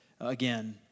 again